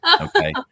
Okay